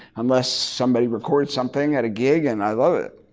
unless somebody records something at a gig and i love it.